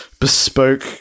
bespoke